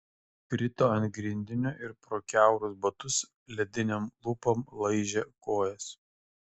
krito ant grindinio ir pro kiaurus batus ledinėm lūpom laižė kojas